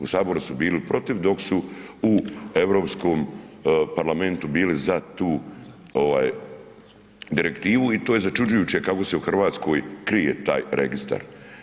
U saboru su bili protiv, dok su u Europskom parlamentu bili za tu ovaj direktivu i to je začuđujuće kako se u Hrvatskoj krije taj registar.